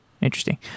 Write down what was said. Interesting